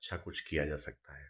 अच्छा कुछ किया जा सकता है